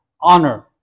honor